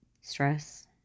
Stress